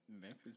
Memphis